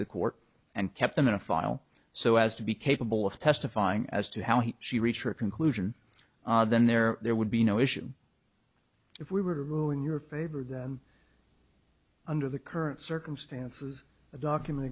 the court and kept them in a file so as to be capable of testifying as to how he she reached her conclusion then there there would be no issue if we were to ruin your favorite under the current circumstances a document